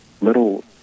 little